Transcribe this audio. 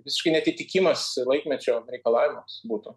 visiškai neatitikimas laikmečio reikalavimas būtų